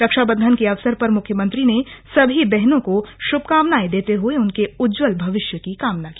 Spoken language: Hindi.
रक्षा बन्धन के अवसर पर मुख्यमंत्री ने सभी बहनों को शुभकामनाएं देते हुए उनके उज्जवल भविष्य की कामना की